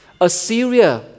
Assyria